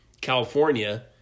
california